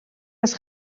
است